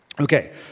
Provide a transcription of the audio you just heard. Okay